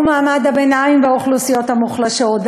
מעמד הביניים והאוכלוסיות המוחלשות.